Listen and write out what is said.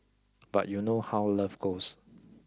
but you know how love goes